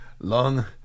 Long